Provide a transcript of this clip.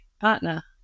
partner